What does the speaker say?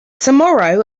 tomorrow